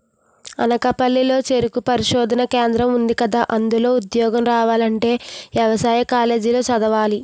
అనకాపల్లి లో చెరుకు పరిశోధనా కేంద్రం ఉందికదా, అందులో ఉద్యోగం రావాలంటే యవసాయ కాలేజీ లో చదవాలి